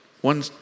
one